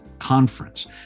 Conference